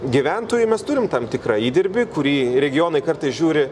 gyventojų mes turim tam tikrą įdirbį kurį regionai kartais žiūri